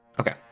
Okay